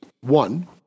One